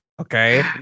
okay